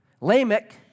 Lamech